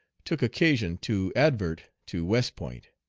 took occasion to advert to west point.